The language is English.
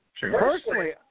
Personally